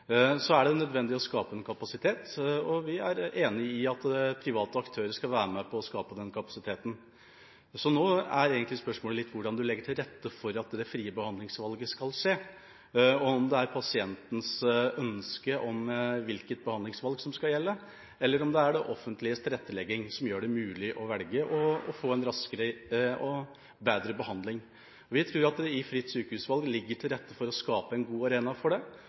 Så er det nødvendig å skape en kapasitet, og vi er enig i at private aktører skal være med på å skape den kapasiteten. Nå er egentlig spørsmålet litt hvordan du legger til rette for at det frie behandlingsvalget skal skje, og om det er pasientens ønske om hvilket behandlingsvalg som skal gjelde, eller om det er det offentliges tilrettelegging som gjør det mulig å velge å få en raskere og bedre behandling. Vi tror at det i fritt sykehusvalg ligger til rette for å skape en god arena for det,